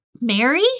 Mary